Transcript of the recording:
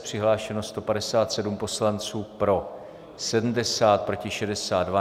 Přihlášeno 157 poslanců, pro 70, proti 62.